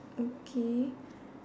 okay